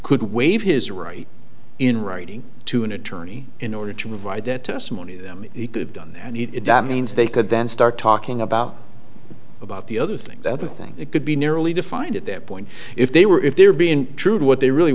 could waive his right in writing to an attorney in order to provide that testimony them he could have done that and eat it that means they could then start talking about about the other things other things it could be nearly defined at that point if they were if they're being true to what they really